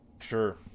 Sure